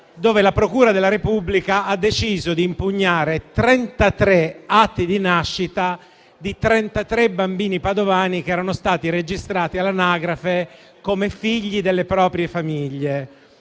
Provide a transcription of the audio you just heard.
dove la procura della Repubblica ha deciso di impugnare 33 atti di nascita di 33 bambini padovani, che erano stati registrati all'anagrafe come figli delle proprie famiglie.